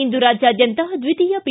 ಇಂದು ರಾಜ್ಯಾದ್ಯಂತ ದ್ವಿತೀಯ ಪಿ